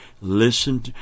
Listen